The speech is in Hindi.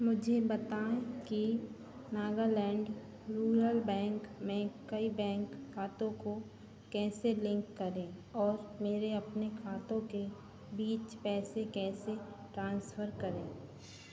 मुझे बताएँ कि नागालैण्ड रूरल बैंक में कई बैंक खातों को कैसे लिन्क करें और मेरे अपने खातों के बीच पैसे कैसे ट्रान्सफ़र करें